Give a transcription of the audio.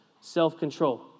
self-control